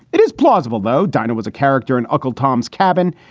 it is plausible, though, dinah was a character in uncle tom's cabin.